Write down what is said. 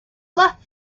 left